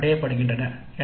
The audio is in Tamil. ஓக்கள் அடையப்படுகின்றன